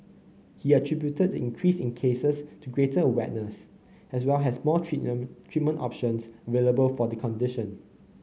he attributed the increase in cases to greater awareness as well as more treatment treatment options available for the condition